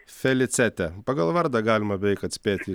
felicetė pagal vardą galima beveik atspėti